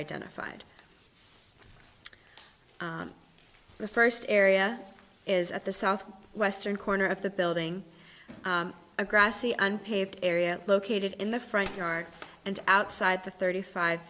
identified the first area is at the south western corner of the building a grassy unpaved area located in the front yard and outside the thirty five